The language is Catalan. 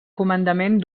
comandament